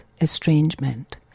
estrangement